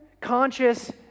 conscious